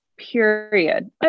period